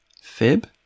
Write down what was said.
Fib